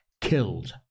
killed